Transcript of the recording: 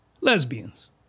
Lesbians